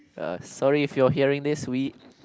uh sorry if you're hearing this we